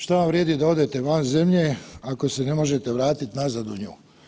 Šta vam vrijedi da odete van zemlje ako se ne možete vratiti nazad u nju.